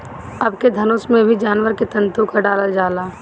अबके धनुष में भी जानवर के तंतु क डालल जाला